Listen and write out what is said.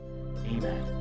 Amen